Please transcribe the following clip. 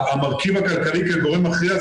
המרכיב הכלכלי כגורם מכריע,